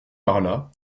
parlât